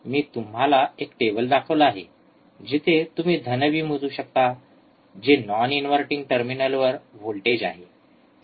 मी तुम्हाला एक टेबल दाखवला आहे जिथे तुम्ही धन व्ही V मोजू शकता जे नॉन इनव्हर्टिंग टर्मिनलवर व्होल्टेज आहे